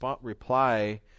reply